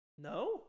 No